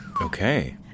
Okay